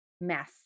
mess